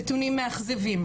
נתונים מאכזבים,